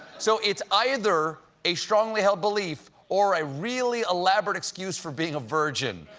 so, it's either a strongly held belief or a really elaborate excuse for being a virgin.